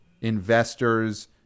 investors